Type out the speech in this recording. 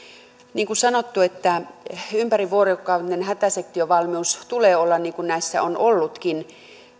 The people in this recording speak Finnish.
niin kuin sanottu ympärivuorokautinen hätäsektiovalmius tulee olla niin kuin näissä on ollutkin